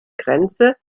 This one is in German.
grenze